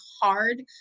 hard